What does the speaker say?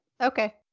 Okay